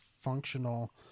functional